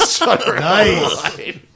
nice